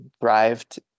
thrived